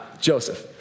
Joseph